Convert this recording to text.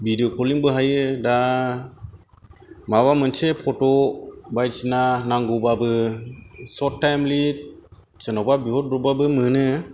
भिदिअ' कलिंबो हायो दा माबा मोनसे फट' बायदिसिना नांगौबाबो शर्ट थाइमलि सोरनावबा बिहरब्र'ब्बाबो मोनो